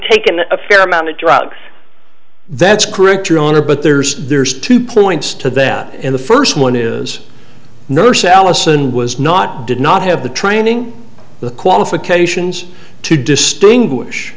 taken a fair amount of drugs that's correct your honor but there's there's two points to that in the first one is nurse allison was not did not have the training the qualifications to distinguish